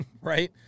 right